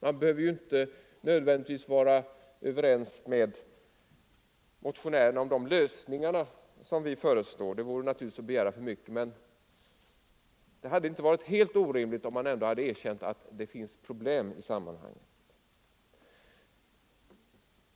Man behöver ju inte nödvändigtvis vara över — Utbyggnad av ens med oss motionärer om de lösningar som vi föreslår — det vore reglerna om naturligtvis att begära för mycket — men det hade som sagt inte varit — företagsrevision helt otänkbart att erkänna att det finns problem i sammanhanget.